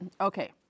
Okay